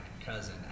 cousin